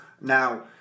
Now